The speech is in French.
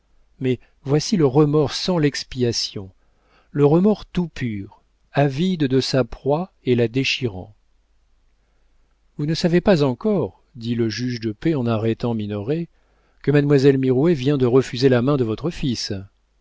mais voici le remords sans l'expiation le remords tout pur avide de sa proie et la déchirant vous ne savez pas encore dit le juge de paix en arrêtant minoret que mademoiselle mirouët vient de refuser la main de votre fils